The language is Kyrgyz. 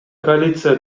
коалиция